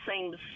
seems